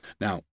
Now